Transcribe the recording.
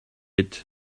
êtes